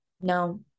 No